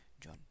John